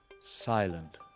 silent